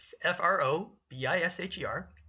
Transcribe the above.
F-R-O-B-I-S-H-E-R